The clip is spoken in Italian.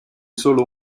solo